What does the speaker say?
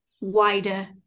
wider